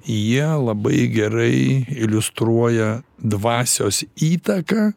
jie labai gerai iliustruoja dvasios įtaką